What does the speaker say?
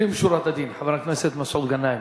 לפנים משורת הדין, חבר הכנסת מסעוד גנאים.